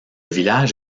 village